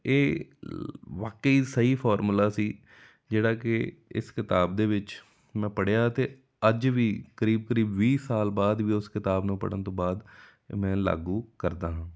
ਇਹ ਵਾਕਈ ਸਹੀ ਫੋਰਮੂਲਾ ਸੀ ਜਿਹੜਾ ਕਿ ਇਸ ਕਿਤਾਬ ਦੇ ਵਿੱਚ ਮੈਂ ਪੜ੍ਹਿਆ ਅਤੇ ਅੱਜ ਵੀ ਕਰੀਬ ਕਰੀਬ ਵੀਹ ਸਾਲ ਬਾਅਦ ਵੀ ਉਸ ਕਿਤਾਬ ਨੂੰ ਪੜ੍ਹਨ ਤੋਂ ਬਾਅਦ ਮੈਂ ਲਾਗੂ ਕਰਦਾ ਹਾਂ